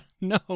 No